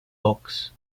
boxe